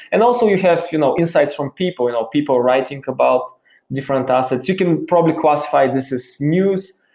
and also, you have you know insights from people and people writing about different assets. you can probably classify this as news,